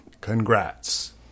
Congrats